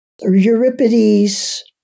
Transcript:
Euripides